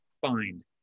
find